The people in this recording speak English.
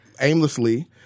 aimlessly